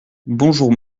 bonjour